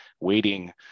waiting